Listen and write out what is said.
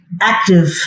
active